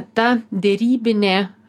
ta derybinė